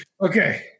Okay